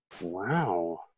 Wow